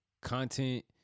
content